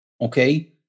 okay